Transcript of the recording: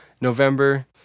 November